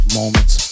moments